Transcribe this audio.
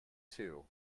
too